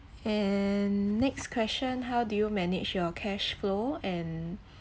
and next question how do you manage your cash flow and